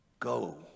Go